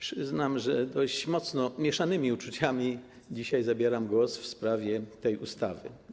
Przyznam, że z dość mocno mieszanymi uczuciami dzisiaj zabieram głos w sprawie tej ustawy.